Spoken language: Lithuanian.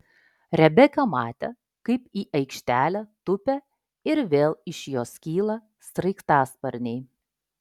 rebeka matė kaip į aikštelę tupia ir vėl iš jos kyla sraigtasparniai